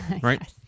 Right